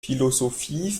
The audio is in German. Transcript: philosophie